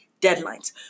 deadlines